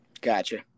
Gotcha